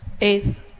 Eighth